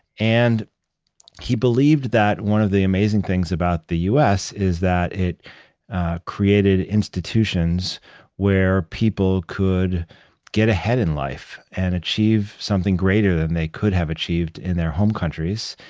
and he believed that one of the amazing things about the u s. is that it created institutions where people could get ahead in life and achieve something greater than they couldn't have achieved in their home countries.